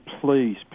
please